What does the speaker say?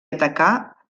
atacar